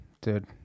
dude